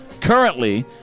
Currently